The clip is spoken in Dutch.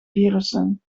virussen